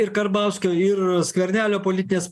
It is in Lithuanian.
ir karbauskio ir skvernelio politinės